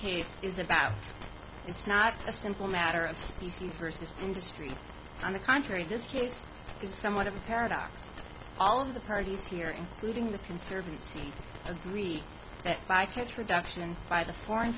case is about it's not a simple matter of species versus industry on the contrary just his is somewhat of a paradox all of the parties here including the conservancy agree that bycatch production by the foreign